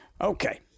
Okay